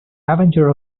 avenger